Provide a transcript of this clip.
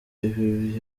ibi